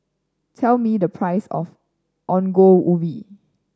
tell me the price of Ongol Ubi